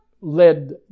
led